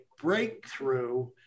breakthrough